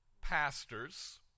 pastors